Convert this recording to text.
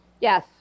Yes